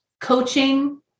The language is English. coaching